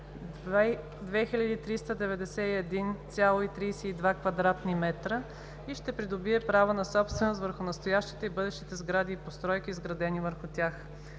2391.32 кв. м и ще придобие право на собственост върху настоящите и бъдещите сгради и постройки, изградени върху тях.